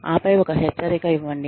ఆపై ఒక హెచ్చరిక ఇవ్వండి